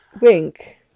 Wink